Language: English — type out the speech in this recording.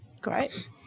Great